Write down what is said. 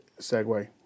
segue